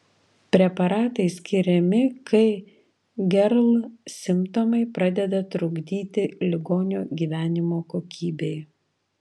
preparatai skiriami kai gerl simptomai pradeda trukdyti ligonio gyvenimo kokybei